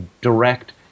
direct